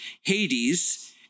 Hades